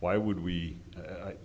why would we